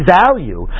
value